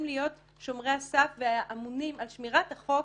להיות שומרי הסף ואמונים על שמירת החוק